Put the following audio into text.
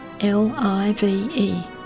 L-I-V-E